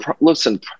listen